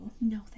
No